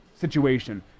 situation